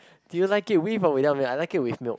do you like it with or without milk I like it with milk